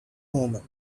moment